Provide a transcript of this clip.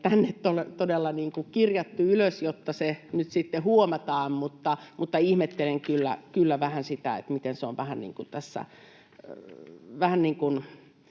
nyt todella kirjattu ylös, jotta se nyt sitten huomataan, mutta ihmettelen kyllä vähän sitä, miten se vähän niin kuin salaa